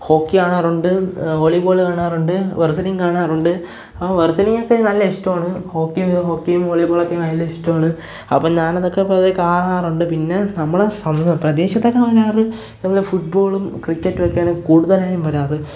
hockey കാണാറുണ്ട് volleyball കാണാറുണ്ട് wrestling കാണാറുണ്ട് ഓ വെര്സിലിങ്ങൊക്കെ നല്ല ഇഷ്ടമാണ് ഹോക്കിയധികം ഹോക്കിയും വോളീബോളൊക്കെയാണതിലിഷ്ടമാണ് അപ്പോൾ ഞാനതൊക്കെ പൊതുവേ കാണാറുണ്ട് പിന്നെ നമ്മൾ സമ്മ് പ്രദേശത്തൊക്കെ വരാറ് നമ്മളെ ഫുട്ബോളും ക്രിക്കറ്റുമൊക്കെയാണ് കൂടുതലായും വരാറ്